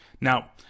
Now